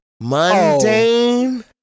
mundane